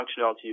functionality